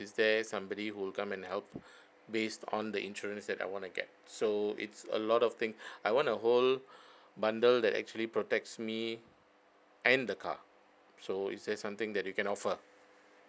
is there somebody who will come and help based on the insurance that I want to get so it's a lot of thing I want a whole bundle that actually protects me and the car so is there something that you can offer